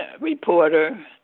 reporter